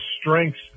strengths